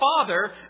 Father